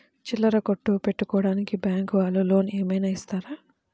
చిల్లర కొట్టు పెట్టుకోడానికి బ్యాంకు వాళ్ళు లోన్ ఏమైనా ఇస్తారా?